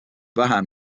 vähem